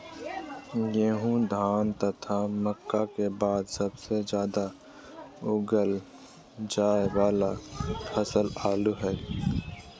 गेहूं, धान तथा मक्का के बाद सबसे ज्यादा उगाल जाय वाला फसल आलू हइ